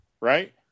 Right